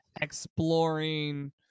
exploring